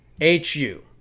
H-U